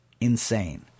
Insane